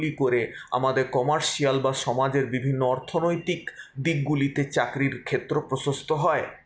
সেগুলি করে আমাদের কমার্শিয়াল বা সমাজের বিভিন্ন অর্থনৈতিক দিকগুলিতে চাকরির ক্ষেত্র প্রশস্ত হয়